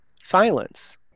silence